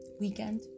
weekend